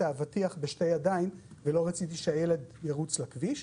האבטיח בשתי ידיים ולא רציתי שהילד ירוץ לכביש,